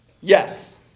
Yes